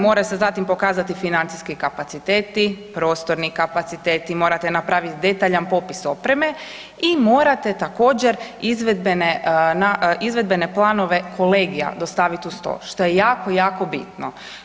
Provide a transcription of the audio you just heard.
Mora se zatim pokazati financijski kapaciteti, prostorni kapaciteti, morate napraviti detaljan popis opreme i morate također izvedbene planove kolegija dostaviti uz to što je jako, jako bitno.